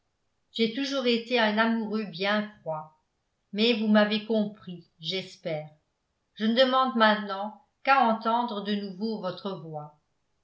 j'ai toujours été un amoureux bien froid mais vous m'avez compris j'espère je ne demande maintenant qu'à entendre de nouveau votre voix